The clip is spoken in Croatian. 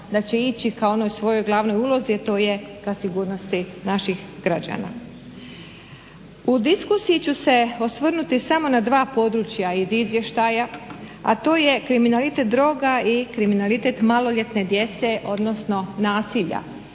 U diskusiji ću se osvrnuti samo na dva područja iz izvještaja, a to je kriminalitet, droga i kriminalitet maloljetne djece odnosno nasilja